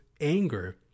anger